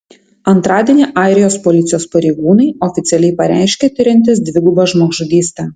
antradienį airijos policijos pareigūnai oficialiai pareiškė tiriantys dvigubą žmogžudystę